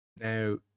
Now